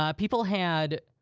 ah people had,